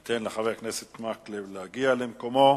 ניתן לחבר הכנסת מקלב להגיע למקומו.